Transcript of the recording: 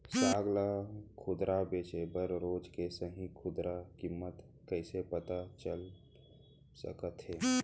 साग ला खुदरा बेचे बर रोज के सही खुदरा किम्मत कइसे पता चल सकत हे?